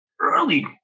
early